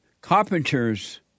carpenters